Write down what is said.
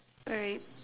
alright